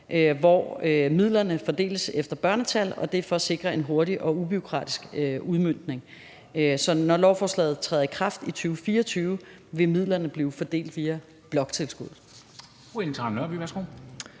hvor midlerne fordeles efter børnetal, og det er for at sikre en hurtig og ubureaukratisk udmøntning, sådan at når lovforslaget træder i kraft i 2024, vil midlerne bliver fordelt via bloktilskuddet.